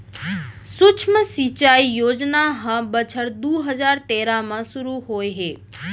सुक्ष्म सिंचई योजना ह बछर दू हजार तेरा म सुरू होए हे